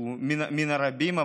הוא אחד מרבים,